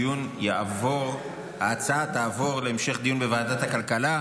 ההצעה תעבור להמשך דיון בוועדת הכלכלה.